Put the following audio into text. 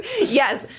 yes